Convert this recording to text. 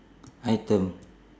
item